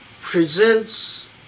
presents